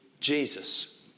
Jesus